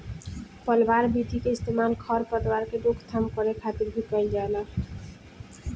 पलवार विधि के इस्तेमाल खर पतवार के रोकथाम करे खातिर भी कइल जाला